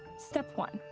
step one,